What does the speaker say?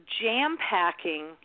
jam-packing